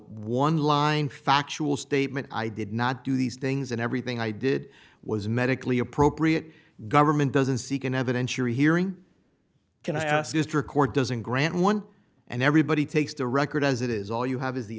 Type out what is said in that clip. one line factual statement i did not do these things and everything i did was medically appropriate government doesn't seek an evidentiary hearing can i record doesn't grant one and everybody takes the record as it is all you have is the